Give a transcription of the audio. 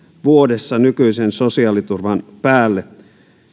vuodessa nykyisen sosiaaliturvan päälle